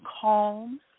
calm